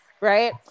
right